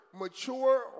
mature